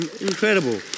Incredible